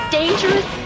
dangerous